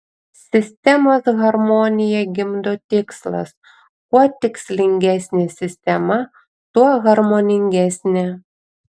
sistemos harmoniją gimdo tikslas kuo tikslingesnė sistema tuo harmoningesnė